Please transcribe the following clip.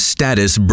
Status